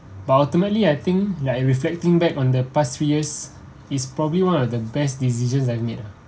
but ultimately I think like reflecting back on the past few years is probably one of the best decisions I've made ah